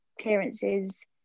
clearances